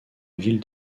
ville